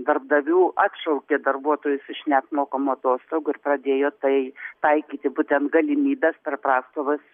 darbdavių atšaukė darbuotojus iš neapmokamų atostogų ir pradėjo tai taikyti būtent galimybes per prastovas